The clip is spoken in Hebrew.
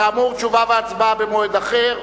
כאמור, תשובה והצבעה במועד אחר.